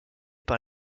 par